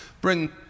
bring